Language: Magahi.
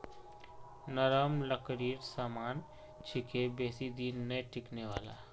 नरम लकड़ीर सामान छिके बेसी दिन नइ टिकने वाला